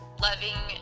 Loving